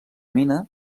mina